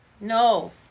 No